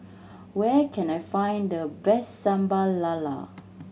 where can I find the best Sambal Lala